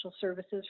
services